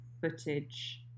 footage